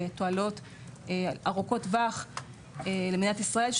ותועלות ארוכות טווח למדינת ישראל,